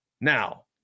Now